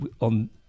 on